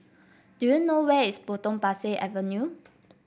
do you know where is Potong Pasir Avenue